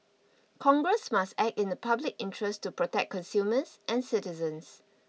congress must act in the public interest to protect consumers and citizens